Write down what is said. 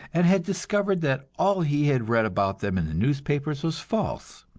and had discovered that all he had read about them in the newspapers was false,